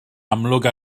amlwg